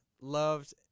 loved